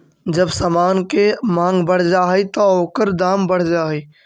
जब समान के मांग बढ़ जा हई त ओकर दाम बढ़ जा हई